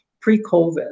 pre-COVID